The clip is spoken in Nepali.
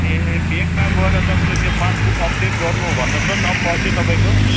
ए ब्याङ्कमा गएर तपाईँले त्यो पास बुक अपडेट गर्नु भन्नु होस् त न पस्यो तपाईँको